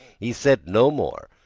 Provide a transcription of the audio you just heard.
he said no more,